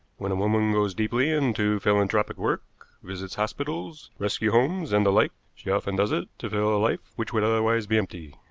when a woman goes deeply into philanthropic work, visits hospitals, rescue homes, and the like, she often does it to fill a life which would otherwise be empty.